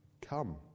Come